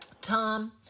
Tom